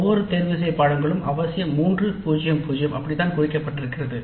ஒவ்வொரு தேர்தலும் அவசியம் 3 0 0 அப்படித்தான் குறிப்பிடப்பட்டிருக்கிறது